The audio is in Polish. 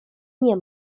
nie